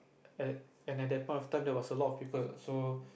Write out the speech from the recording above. and at that point of time there was a lot of people so